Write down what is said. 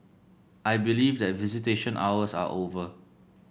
I believe that visitation hours are over